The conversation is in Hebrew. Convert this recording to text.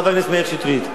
חבר הכנסת מאיר שטרית,